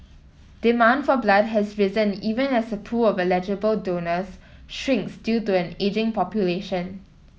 demand for blood has risen even as the pool of eligible donors shrinks due to an ageing population